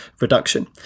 reduction